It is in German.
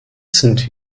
sind